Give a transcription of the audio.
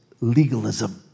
legalism